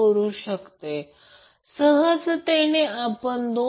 तर दुसरे उदाहरण घ्या